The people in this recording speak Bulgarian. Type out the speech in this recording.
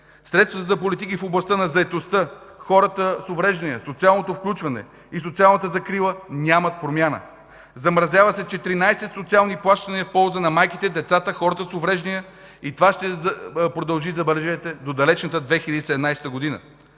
Средствата за политиките в областта на заетостта, хората с увреждания, социалното включване и социалната закрила нямат промяна. Замразяват се 14 социални плащания в полза на майките, децата, хората с увреждания, и това ще продължи, забележете, до далечната 2017 г.